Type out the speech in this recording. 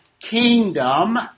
kingdom